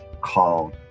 called